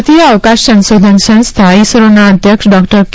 ભારતીય અવકાશ સંશોધન સંસ્થા ઈસરોના અધ્યક્ષડોકટર કે